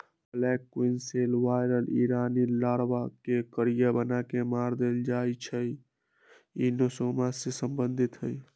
black queen cell virus इ रानी larva के करिया बना के मार देइ छइ इ नेसोमा से सम्बन्धित हइ